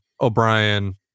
O'Brien